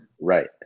Right